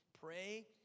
Pray